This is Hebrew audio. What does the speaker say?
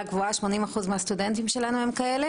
גבוהה כ-80% מהסטודנטים שלנו הם כאלו